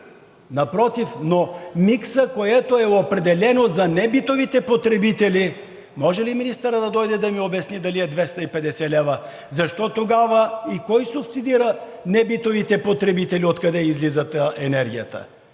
напротив, но миксът, който е определен за небитовите потребители, може ли министърът да дойде да ми обясни дали е 250 лв.? И кой субсидира небитовите потребителите, откъде излиза енергията?